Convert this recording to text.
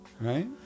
Right